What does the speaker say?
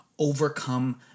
overcome